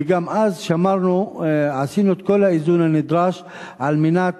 וגם אז עשינו את כל האיזון הנדרש על מנת